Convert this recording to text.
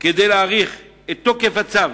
כדי להאריך את תוקף הצו